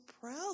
proud